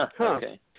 Okay